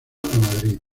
madrid